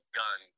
gun